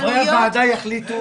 חברי הוועדה יחליטו.